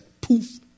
poof